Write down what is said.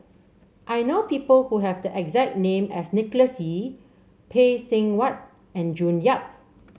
I know people who have the exact name as Nicholas Ee Phay Seng Whatt and June Yap